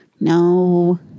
No